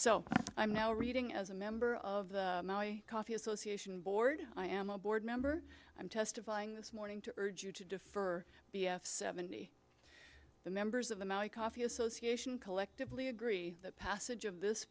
so i'm now reading as a member of the coffee association board i am a board member i'm testifying this morning to urge you to defer b f seventy the members of the maui coffee association collectively agree that passage of this